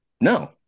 no